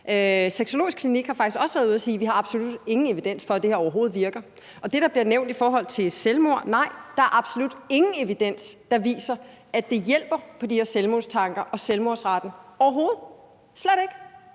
Sexologisk Klinik har faktisk også været ude at sige, at vi absolut ingen evidens har for, at det her virker, og med hensyn til det, der bliver nævnt i forhold til selvmord, så er der absolut ingen evidens for, at det hjælper på de her selvmordstanker og selvmordsraten, overhovedet. Der er